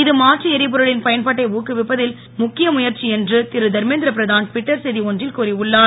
இது மாற்று எரிபொருளின் பயன்பாட்டை ஊக்குவிப்பதில் முக்கிய முயற்சி என்று திரு தர்மேந்திரபிரதான் டுவிட்டர் செய்தி ஒன்றில் கூறி உள்ளார்